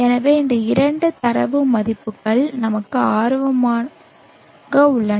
எனவே இந்த இரண்டு தரவு மதிப்புகள் நமக்கு ஆர்வமாக உள்ளன